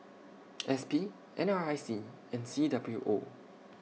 S P N R I C and C W O